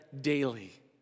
daily